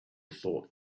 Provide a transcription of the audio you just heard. thought